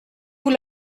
vous